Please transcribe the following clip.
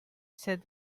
said